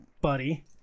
buddy